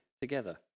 together